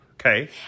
Okay